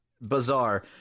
bizarre